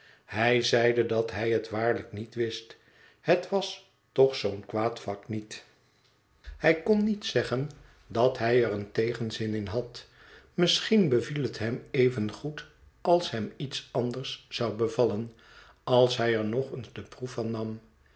hij zeide dat hij het waarlijk niet wist het was toch zoo'n kwaad vak niet hij kon niet zeggen dat hij er een tegenzin in had misschien beviel het hem evengoed als hem iets anders zou bevallen als hij er nog eens de proef van nam